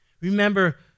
Remember